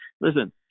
Listen